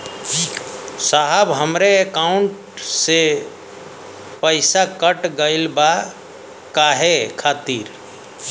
साहब हमरे एकाउंट से पैसाकट गईल बा काहे खातिर?